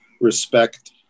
respect